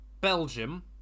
Belgium